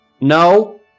no